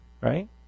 right